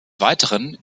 weiteren